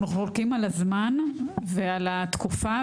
אנחנו חולקים על הזמן ועל התקופה,